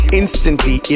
instantly